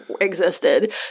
existed